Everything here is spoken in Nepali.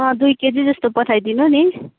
अँ दुई केजी जस्तो पठाइदिनु नि